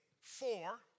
four